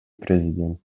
президент